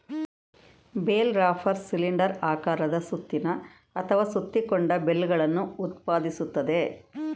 bale wrapper cylinder ಆಕಾರದ ಸುತ್ತಿನ ಅಥವಾ ಸುತ್ತಿಕೊಂಡ ಬೇಲ್ಗಳನ್ನು ಉತ್ಪಾದಿಸ್ತದೆ